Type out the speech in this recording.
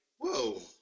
whoa